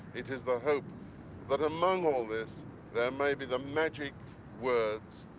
it is the hope that among all this there may be the magic words,